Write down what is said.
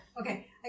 Okay